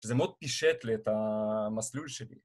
זה מאוד פישט לי את המסלול שלי.